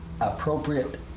appropriate